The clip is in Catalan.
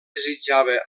desitjava